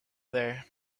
there